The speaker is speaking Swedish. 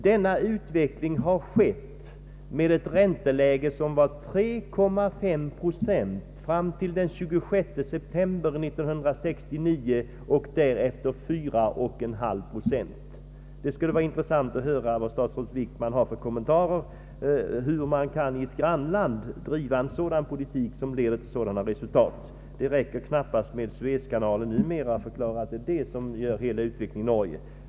Denna utveckling har skett med ett ränteläge som var 3,5 procent fram till den 26 september 1969 och därefter 4,5 procent. Det skulle vara intressant att höra vad statsrådet Wickman har för kommentarer till att man i ett grannland kan driva en politik som leder till sådana resultat. Numera räcker det knappast med Suezkanalen för att förklara utvecklingen i Norge.